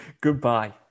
Goodbye